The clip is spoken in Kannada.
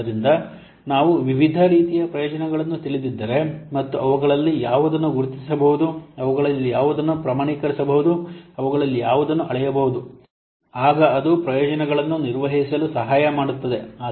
ಆದ್ದರಿಂದ ನಾವು ವಿವಿಧ ರೀತಿಯ ಪ್ರಯೋಜನಗಳನ್ನು ತಿಳಿದಿದ್ದರೆ ಮತ್ತು ಅವುಗಳಲ್ಲಿ ಯಾವುದನ್ನು ಗುರುತಿಸಬಹುದು ಅವುಗಳಲ್ಲಿ ಯಾವುದನ್ನು ಪ್ರಮಾಣೀಕರಿಸಬಹುದು ಅವುಗಳಲ್ಲಿ ಯಾವುದನ್ನು ಅಳೆಯಬಹುದು ಆಗ ಅದು ಪ್ರಯೋಜನಗಳನ್ನು ನಿರ್ವಹಿಸಲು ಸಹಾಯ ಮಾಡುತ್ತದೆ